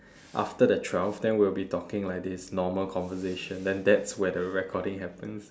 after the twelve then we will be talking like this normal conversation then that's where the recording happens